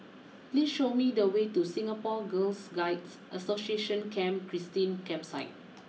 please show me the way to Singapore Girl Guides Association Camp Christine Campsite